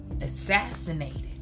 assassinated